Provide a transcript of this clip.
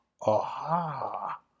Aha